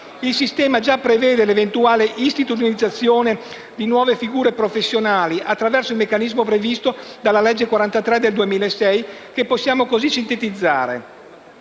Il sistema già prevede l'eventuale istituzionalizzazione di nuove figure professionali attraverso il meccanismo previsto dalla legge n. 43 del 2006, che possiamo così sintetizzare: